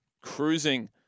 cruising